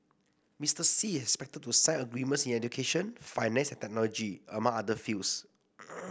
Mister Xi is expected to sign agreements in education finance and technology among other fields